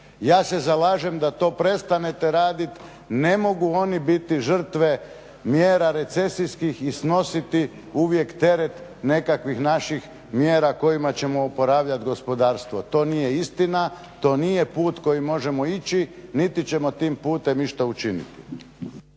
Ja se zalažem da to prestanete raditi, ne mogu oni biti žrtve mjera recesijskih i snositi u vijek teret nekakvih naših mjera kojima ćemo oporavljati gospodarstvo, to nije istina, to nije put kojim možemo ići niti ćemo tim putem išta učiniti.